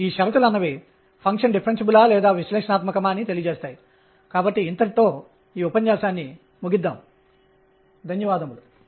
ఈ సందర్భంలో అవి వివిధ ఎక్స్సెంట్రిసిటీ లు కలిగిన వృత్తాకార దీర్ఘవృత్తాకార కక్ష్యలుగా ఉంటాయి